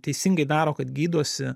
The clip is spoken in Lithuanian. teisingai daro kad gydosi